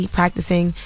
practicing